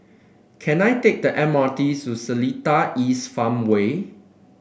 can I take the M R T to Seletar East Farmway